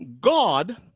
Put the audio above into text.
God